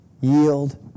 yield